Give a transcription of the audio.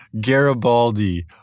Garibaldi